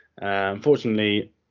Unfortunately